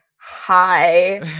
hi